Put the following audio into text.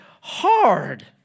hard